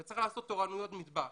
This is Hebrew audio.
אתה צריך לעשות תורנויות מטבח,